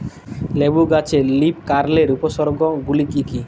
লেবু গাছে লীফকার্লের উপসর্গ গুলি কি কী?